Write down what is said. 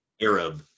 Arab